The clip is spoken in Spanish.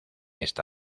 esta